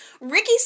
Ricky